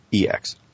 EX